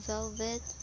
Velvet